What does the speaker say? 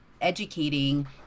educating